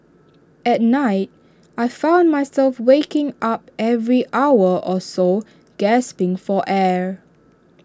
at night I found myself waking up every hour or so gasping for air